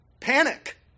panic